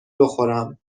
بخورم